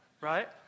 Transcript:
right